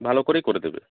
ভালো করেই করে দেবে